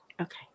Okay